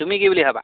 তুমি কি বুলি ভাবা